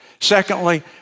Secondly